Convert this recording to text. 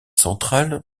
centrale